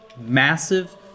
massive